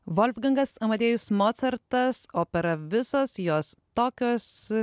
volfgangas amadėjus mocartas opera visos jos tokios